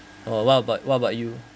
or what about what about you